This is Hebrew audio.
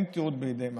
אין תיעוד בידי מח"ש,